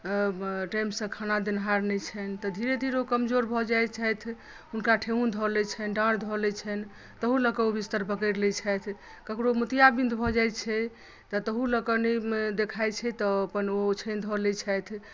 अंय टाइम सँ खेनाइ देनिहार नहि छनि तँ धीरे धीरे ओ कमजोर भऽ जाइत छथि हुनका ठेंहुन धऽ लैत छनि डाँढ़ धऽ लइ छनि ताहू लऽ कऽ ओ बिस्तर पकड़ि लैत छथि ककरो मोतियाबिन्द भऽ जाइत छै तऽ तहू लऽ कय नहि देखाइत छै तऽ अपन ओ ओछानि धऽ लैत छथि